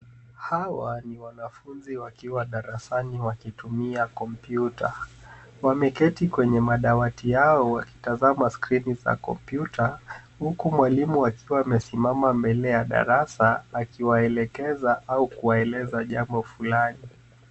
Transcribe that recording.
Hawa ni wanafunzi wakiwa darasani wakitumia kompyuta. Wameketi kwenye madawati yao wakitazama skrini za kompyuta, huku mwalimu akiwa amesimama mbele ya darasa akiwaelekeza au kuwaeleza jambo fulani.